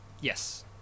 yes